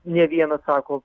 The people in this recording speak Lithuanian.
nė vienas sako